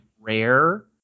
rare